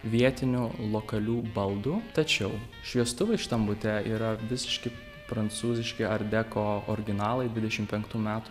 vietinių lokalių baldų tačiau šviestuvai šitam bute yra visiški prancūziški art deko originalai dvidešim penktų metų